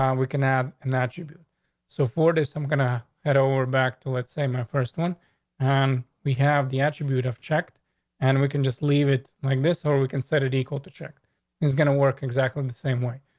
um we can add. and so for this, i'm gonna head over back to it. say my first one and we have the attribute of checked and we can just leave it like this or we considered equal to check is gonna work exactly and the same way.